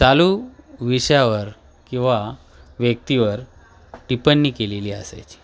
चालू विषयावर किंवा व्यक्तीवर टिप्पणी केलेली असायची